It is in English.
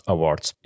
Awards